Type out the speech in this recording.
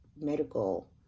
medical